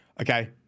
Okay